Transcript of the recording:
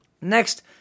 Next